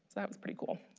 that was pretty cool.